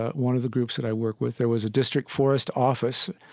one of the groups that i work with. there was a district forest office.